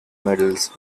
medals